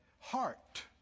heart